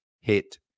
hit